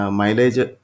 mileage